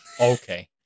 Okay